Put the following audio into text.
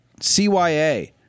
CYA